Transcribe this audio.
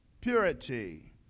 purity